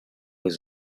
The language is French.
aux